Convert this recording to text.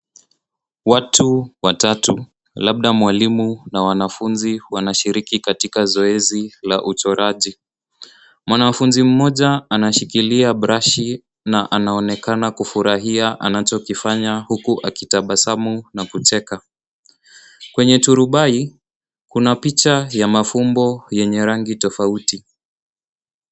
Watu watatu, labda mwalimu na wanafunzi wanashiriki katika zoezi la uchoraji. Mwanafunzi mmoja anashikilia brashi na anaonekana kufurahia anachokifanya huku akitabasamu na kucheka. Kwenye turubai, kuna picha ya mafumbo yenye rangi tofauti.